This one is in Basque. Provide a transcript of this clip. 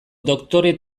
doktore